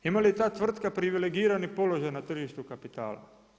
Ima li ta tvrtka privilegirani položaj na tržištu kapitala?